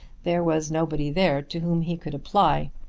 there was nobody there to whom he could apply.